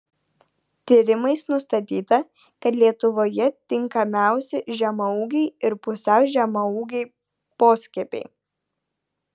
tyrimais nustatyta kad lietuvoje tinkamiausi žemaūgiai ir pusiau žemaūgiai poskiepiai